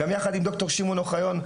יחד עם ד"ר שמעון אוחיון,